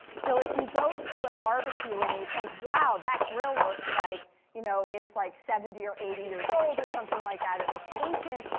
so if you go to a barbecue and you think, wow, that grill looks like you know it's, like, seventy or eighty years old, or something like that. it looks ancient.